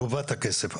גובה את הכסף.